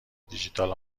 دیجیتال